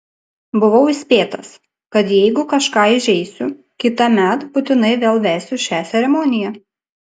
buvau įspėtas kad jeigu kažką įžeisiu kitąmet būtinai vėl vesiu šią ceremoniją